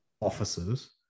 offices